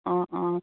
অঁ অঁ